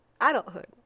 adulthood